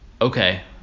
okay